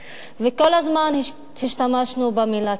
וכל הזמן השתמשנו במלה כיבוש,